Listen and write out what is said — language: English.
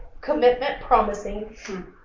commitment-promising